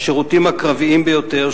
בשירותים הקרביים ביותר,